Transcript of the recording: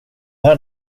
här